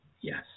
Yes